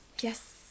Yes